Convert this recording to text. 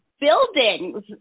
buildings